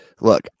look